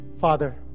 Father